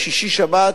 שישי-שבת